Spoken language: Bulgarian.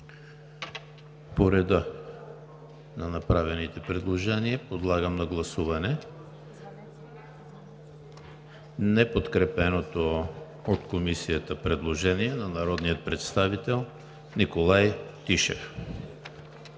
По реда на направените предложения – подлагам на гласуване неподкрепеното от Комисията предложение на Народния представител Николай Тишев.